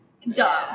Duh